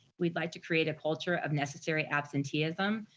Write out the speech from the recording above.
we'd like to create a culture of unnecessary absenteeism,